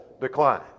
decline